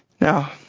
Now